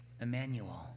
Emmanuel